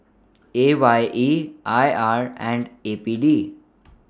A Y E I R and A P D